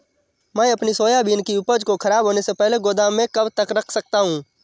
मैं अपनी सोयाबीन की उपज को ख़राब होने से पहले गोदाम में कब तक रख सकता हूँ?